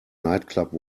nightclub